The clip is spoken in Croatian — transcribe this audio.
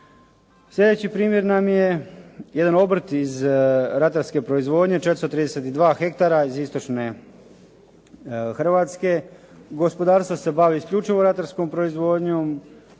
Sljedeći primjer nam je jedan obrt iz ratarske proizvodnje 432 ha iz istočne Hrvatske. Gospodarstvo se bavi isključivo ratarskom proizvodnjom,